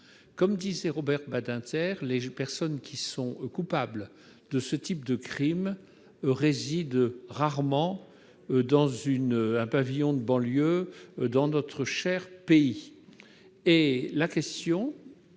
Comme le disait Robert Badinter, les personnes qui sont coupables de ce type de crimes résident rarement dans un pavillon de banlieue de notre cher pays